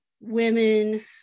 women